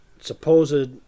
supposed